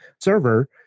server